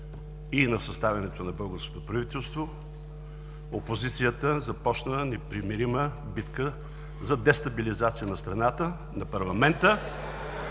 и на съставянето на българското правителство опозицията започна непримирима битка за дестабилизация на страната, на парламента